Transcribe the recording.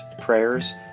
prayers